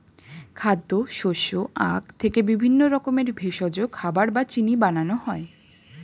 খাদ্য, শস্য, আখ থেকে বিভিন্ন রকমের ভেষজ, খাবার বা চিনি বানানো হয়